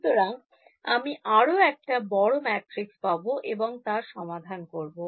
সুতরাং আমি আরও একটা বড় ম্যাট্রিক্স পাব এবং তার সমাধান করব